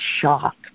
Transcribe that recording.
shocked